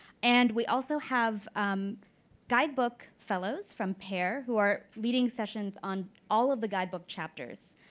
and we also have guidebook fellows from pair who are leading sessions on all of the guidebook chapters.